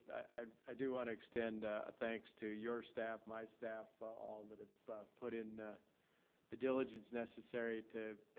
i do wanna extend ah thanks to your staff, my staff, all that have put in the diligence necessary to